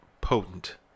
potent